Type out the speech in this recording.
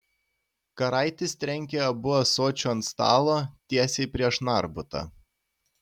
karaitis trenkė abu ąsočiu ant stalo tiesiai prieš narbutą